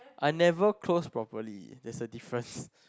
I never close properly there's a difference